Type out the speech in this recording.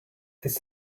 this